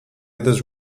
others